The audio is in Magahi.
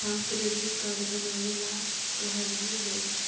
हम क्रेडिट कार्ड बनावे ला कहलिऐ हे?